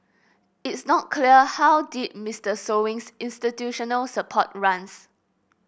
it's not clear how deep Mister Sewing's institutional support runs